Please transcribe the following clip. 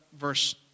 verse